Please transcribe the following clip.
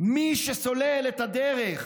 מי שסולל את הדרך